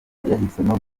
yahisemo